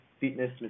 fitness